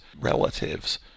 relatives